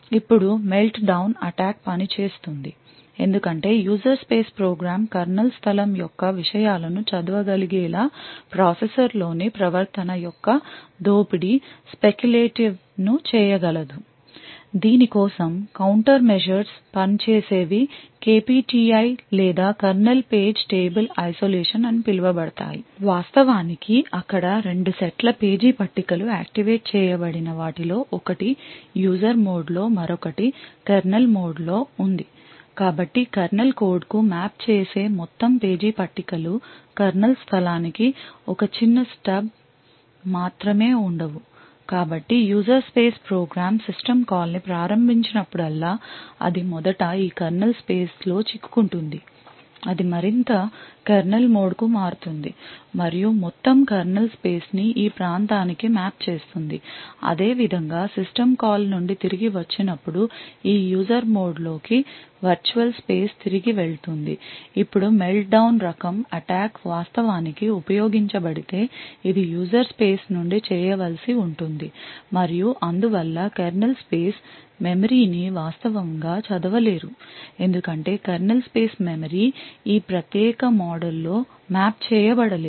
ఇప్పుడు meltdown attack పనిచేస్తుంది ఎందుకంటే యూజర్ స్పేస్ ప్రోగ్రామ్ కెర్నల్ స్థలం యొక్క విషయాలను చదవగలిగేలా ప్రాసెసర్లోని ప్రవర్తన యొక్క దోపిడీ స్పెక్యులేటివ్ ను చేయగలదు దీని కోసం కౌంటర్మెజర్స్ పనిచేసేవి KPTI లేదా కెర్నల్ పేజ్ టేబుల్ ఐసోలేషన్ అని పిలువబడతాయి వాస్తవానికి అక్కడ రెండు సెట్ల పేజీ పట్టికలు activate చేయబడిన వాటిలో ఒకటి యూజర్ మోడ్లో మరొకటి కెర్నల్ మోడ్లో ఉంది కాబట్టి కెర్నల్ కోడ్కు మ్యాప్ చేసే మొత్తం పేజీ పట్టికలు కెర్నల్ స్థలానికి ఒక చిన్న స్టబ్ మాత్రమే ఉండవు కాబట్టి యూజర్ స్పేస్ ప్రోగ్రామ్ సిస్టమ్ కాల్ని ప్రారంభించినప్పుడల్లా అది మొదట ఈ కెర్నల్ స్పేస్లో చిక్కుకుంటుంది అది మరింత కెర్నల్ మోడ్కు మారుతుంది మరియు మొత్తం కెర్నల్ స్పేస్ ని ఈ ప్రాంతానికి మ్యాప్ చేస్తుంది అదేవిధంగా సిస్టమ్ కాల్ నుండి తిరిగి వచ్చినప్పుడు ఈ యూజర్ మోడ్లోకి వర్చువల్ స్పేస్ తిరిగి వెళుతుంది ఇప్పుడు మెల్ట్డౌన్ రకం అటాక్ వాస్తవానికి ఉపయోగించబడితే అది యూజర్ స్పేస్ నుండి చేయవలసి ఉంటుంది మరియు అందువల్ల కెర్నల్ స్పేస్ మెమరీని వాస్తవంగా చదవలేరు ఎందుకంటే కెర్నల్ స్పేస్ మెమరీ ఈ ప్రత్యేక మోడ్లో మ్యాప్ చేయబడలేదు